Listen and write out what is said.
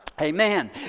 Amen